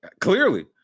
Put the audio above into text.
Clearly